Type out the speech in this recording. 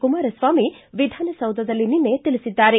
ಕುಮಾರಸ್ವಾಮಿ ವಿಧಾನಸೌಧದಲ್ಲಿ ನಿನ್ನ ತಿಳಿಸಿದ್ದಾರೆ